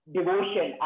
Devotion